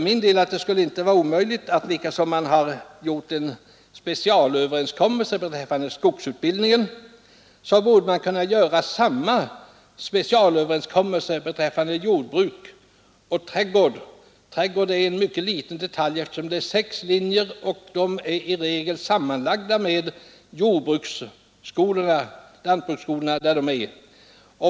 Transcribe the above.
På samma sätt som man har träffat en specialöverenskommelse beträffande skogsutbildningen borde man också kunna göra en specialöverenskommelse beträffande utbildning i jordbruk och trädgårdsskötsel; den sistnämnda är en mycket liten gren som omfattar sex linjer, vilka i regel är inbyggda i lantbruksskolorna.